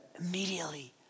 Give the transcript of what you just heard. immediately